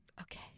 Okay